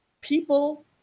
people